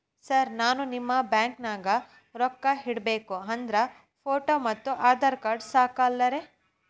Sir ನಾನು ನಿಮ್ಮ ಬ್ಯಾಂಕನಾಗ ರೊಕ್ಕ ಇಡಬೇಕು ಅಂದ್ರೇ ಫೋಟೋ ಮತ್ತು ಆಧಾರ್ ಕಾರ್ಡ್ ಸಾಕ ಅಲ್ಲರೇ?